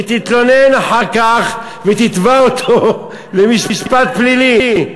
היא תתלונן אחר כך ותתבע אותו למשפט פלילי.